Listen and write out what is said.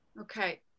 Okay